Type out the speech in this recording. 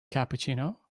cappuccino